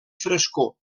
frescor